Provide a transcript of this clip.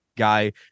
guy